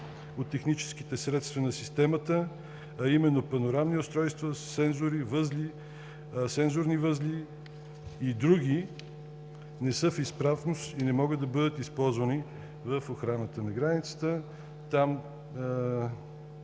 от техническите средства на системата, а именно панорамни устройства, сензори, възли, сензорни възли и други, не са в изправност и не могат да бъдат използвани в охраната на границата, а